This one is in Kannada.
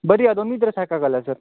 ಬರೀ ಅದೊಂದು ಇದ್ದರೆ ಸಾಕಾಗಲ್ಲ ಸರ್